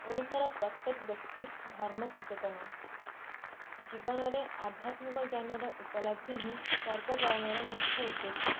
ଓଡ଼ିଶାର ପ୍ରତ୍ୟେକ ବ୍ୟକ୍ତି ଧର୍ମ ସଚେତନ ଜୀବନରେ ଆଧ୍ୟାତ୍ମିକ ଜ୍ଞାନର ଉପଲବ୍ଧି ହିଁ ପର୍ବ ପାଳନର ମୁଖ୍ୟ ଉଦ୍ଦେଶ୍ୟ